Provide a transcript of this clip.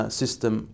system